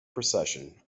procession